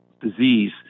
disease